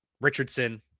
Richardson